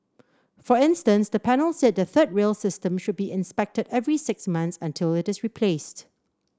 for instance the panel said the third rail system should be inspected every six months until it is replaced